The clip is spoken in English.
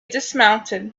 dismounted